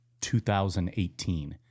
2018